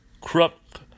corrupt